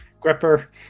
Gripper